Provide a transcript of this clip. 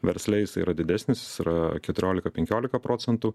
versliais yra didesnis yra keturiolika penkiolika procentų